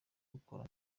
bawukora